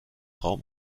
raum